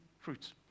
fruits